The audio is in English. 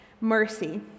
mercy